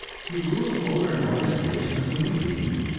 he rules over an organization of human beings,